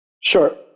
sure